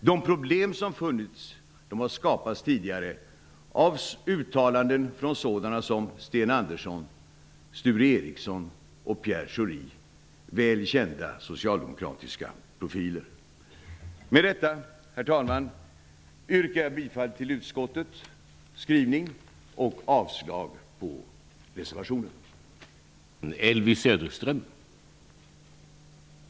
De problem som finns har skapats tidigare genom uttalanden av sådana personer som Sten Andersson, Sture Med detta, herr talman, yrkar jag att utskottets anmälan godkänns och att anmälan i reservationen avslås.